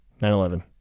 9/11